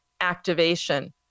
activation